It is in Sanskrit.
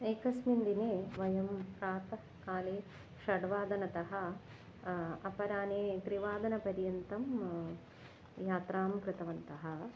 एकस्मिन् दिने वयं प्रातःकाले षड्वादनतः अपरदिने त्रिवादनपर्यन्तं यात्रां कृतवन्तः